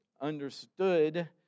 understood